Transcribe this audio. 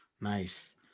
nice